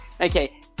okay